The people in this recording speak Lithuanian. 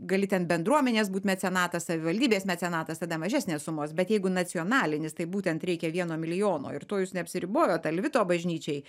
gali ten bendruomenės būt mecenatas savivaldybės mecenatas tada mažesnės sumos bet jeigu nacionalinis tai būtent reikia vieno milijono ir tuo jūs neapsiribojot alvito bažnyčiai